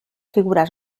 figuras